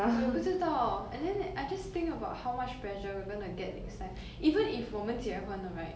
我也不知道 and then I just think about how much pressure we're gonna get next time even if 我们结婚了 right